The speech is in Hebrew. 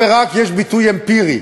יש אך ורק ביטוי אמפירי,